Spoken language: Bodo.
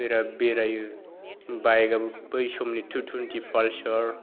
बिराद बेरायो बाइकआबो बै समनि टु टइन्टि पालसार